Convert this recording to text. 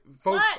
folks